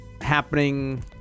happening